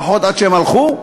לפחות עד שהם הלכו.